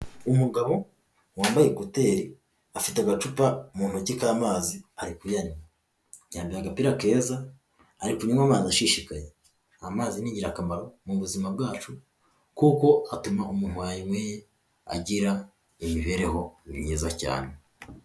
Umugabo wambaye ekuteri afite agacupa mu ntoki k'amazi arekunywa, yambaye agapira keza arikunywa amazi ashishikaye. Amazi n'ingirakamaro mu buzima bwacu kuko atuma umuntu wanyweye agira imibereho myiza cyane.